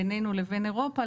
בינינו לבין אירופה,